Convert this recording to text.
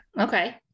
Okay